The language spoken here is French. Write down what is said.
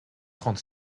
trente